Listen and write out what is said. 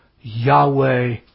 Yahweh